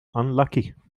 unlucky